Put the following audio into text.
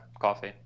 coffee